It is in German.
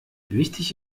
wichtig